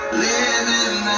living